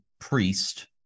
priest